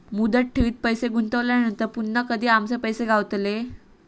मुदत ठेवीत पैसे गुंतवल्यानंतर पुन्हा कधी आमचे पैसे गावतले?